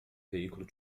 veículo